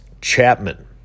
Chapman